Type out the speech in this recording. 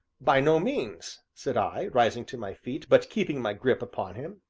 by no means, said i, rising to my feet, but keeping my grip upon him.